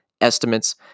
estimates